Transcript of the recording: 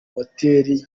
moteri